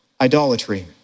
idolatry